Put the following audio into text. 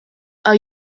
are